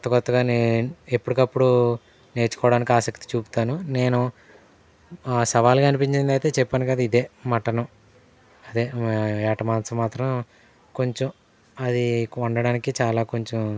కొత్త కొత్తగా నే ఎప్పటికప్పుడు నేర్చుకోవడానికి ఆసక్తి చూపుతాను నేను సవాల్గా అనిపించింది అయితే చెప్పాను కదా ఇదే మటన్ అదే ఏటా మాంసం మాత్రం కొంచెం అది వండడానికి చాలా కొంచెం